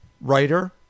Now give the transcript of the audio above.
writer